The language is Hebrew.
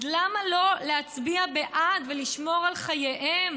אז למה לא להצביע בעד ולשמור על חייהם